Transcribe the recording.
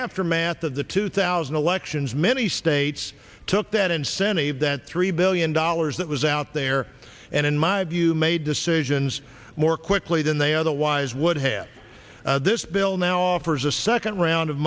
aftermath of the two thousand elections many states took that incentive that three billion dollars that was out there and in my view made decisions more quickly than they otherwise would have this bill now offers a second round of